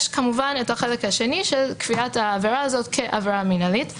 יש את החלק השני של קביעת העבירה הזאת כעבירה מנהלית.